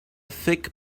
thick